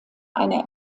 eine